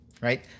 right